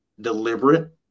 deliberate